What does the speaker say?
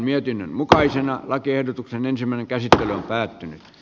nyt päätetään lakiehdotuksen sisällöstä